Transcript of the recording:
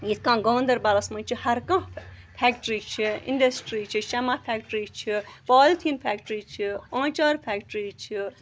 یِتھ کٔنۍ گانٛدَربَلَس منٛز چھِ ہَر کانٛہہ فٮ۪کٹرٛی چھِ اِنٛڈَسٹرٛی چھِ شَمع فٮ۪کٹرٛی چھِ پالتھیٖن فٮ۪کٹرٛی چھِ آنچار فٮ۪کٹرٛی چھِ